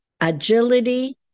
agility